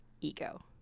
ego